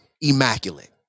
immaculate